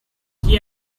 qui